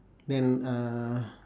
then uh